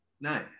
Nice